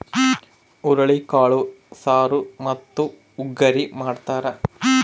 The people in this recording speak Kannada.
ಹುರುಳಿಕಾಳು ಸಾರು ಮತ್ತು ಗುಗ್ಗರಿ ಮಾಡ್ತಾರ